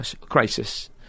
crisis